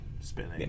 spinning